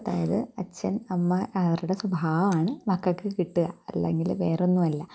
അതായത് അച്ചന് അമ്മ അവരുടെ സ്വഭാവമാണ് മക്കൾക്ക് കിട്ടുക അല്ലെങ്കില് വേറൊന്നുമല്ല